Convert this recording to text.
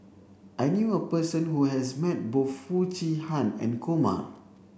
I knew a person who has met both Foo Chee Han and Kumar